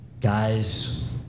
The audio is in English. Guys